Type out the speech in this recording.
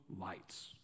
lights